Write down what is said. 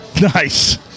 Nice